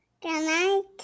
Goodnight